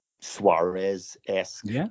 Suarez-esque